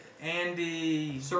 andy